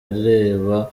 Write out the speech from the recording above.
areba